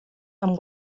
amb